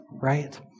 right